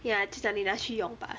ya 就讲你拿去用 bah